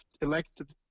elected